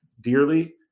dearly